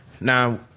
Now